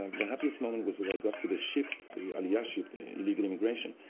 um the happiest moment was when i got to the ship, the aliyah ship, the illegal immigration,